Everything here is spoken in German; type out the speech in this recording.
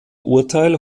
urteil